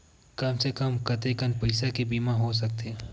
कम से कम कतेकन पईसा के बीमा हो सकथे?